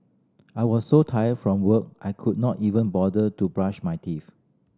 I was so tired from work I could not even bother to brush my teeth